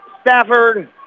Stafford